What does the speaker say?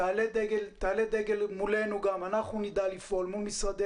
תעלה דגל מולנו ואנחנו נדע לפעול מול משרדי